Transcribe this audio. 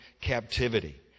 captivity